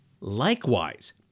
Likewise